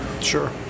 Sure